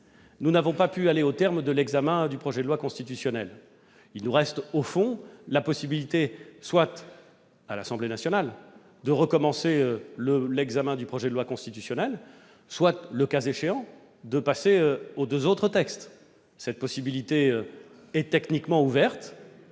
Nous n'avons pas pu aller au terme de l'examen du projet de loi constitutionnelle. Il nous reste la possibilité, soit de recommencer à l'Assemblée nationale l'examen du projet de loi constitutionnelle, soit le cas échéant de passer aux deux autres textes. Cette possibilité est techniquement ouverte.